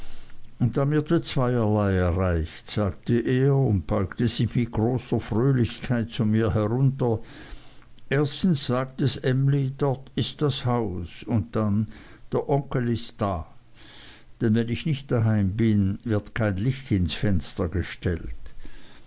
und damit wird zweierlei erreicht sagte er und beugte sich mit großer fröhlichkeit zu mir herunter erstens sagt es emly dort ist das haus und dann der onkel ist da denn wenn ich nicht daheim bin wird kein licht ins fenster gestellt